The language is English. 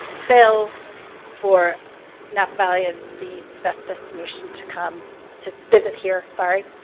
sails for napa valley as the best destination to come to visit here. sorry